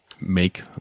make